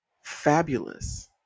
fabulous